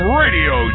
radio